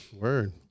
Word